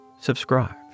subscribe